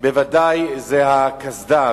בוודאי זו הקסדה.